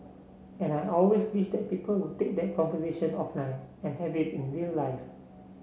and I always wish that people would take that conversation offline and have it in real life